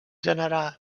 generar